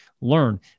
learn